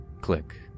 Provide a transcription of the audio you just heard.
click